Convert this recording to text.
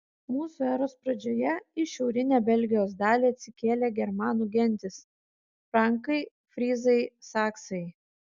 mūsų eros pradžioje į šiaurinę belgijos dalį atsikėlė germanų gentys frankai fryzai saksai